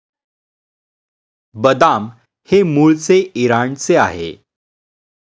बदाम हे मूळचे इराणचे आहे